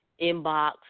inbox